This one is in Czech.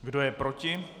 Kdo je proti?